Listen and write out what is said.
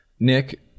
Nick